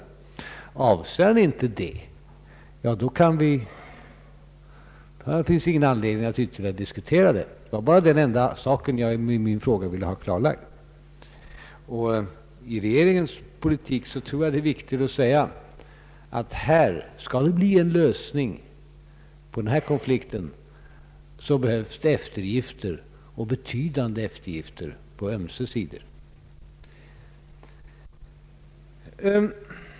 Avser han inte det, finns det ingen anledning att ytterligare diskutera denna sak. Det var detta enda jag med min fråga ville ha klarlagt. Beträffande regeringens inställning i övrigt är det viktigt att framhålla att vi anser att om en lösning av konflikten skall nås, behövs det betydande eftergifter på ömse sidor.